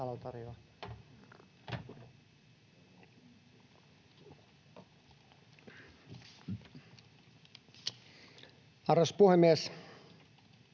Arvoisa puhemies!